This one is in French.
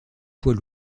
poids